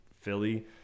Philly